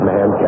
Man